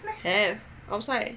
have outside